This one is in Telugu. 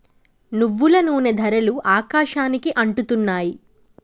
నువ్వుల నూనె ధరలు ఆకాశానికి అంటుతున్నాయి